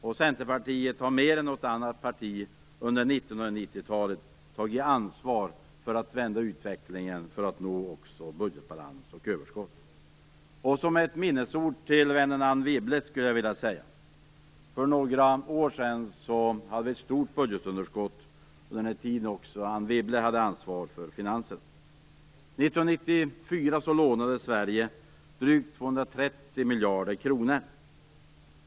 Och Centerpartiet har mer än något annat parti under 1990-talet tagit ansvar för att vända utvecklingen och för att nå budgetbalans och överskott. Som ett minnesord till vännen Anne Wibble skulle jag vilja säga följande. För några år sedan hade vi ett stort budgetunderskott, och det var under den tid då lånade Sverige drygt 230 miljarder kronor.